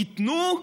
ייתנו,